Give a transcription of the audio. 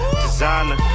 designer